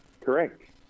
Correct